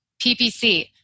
PPC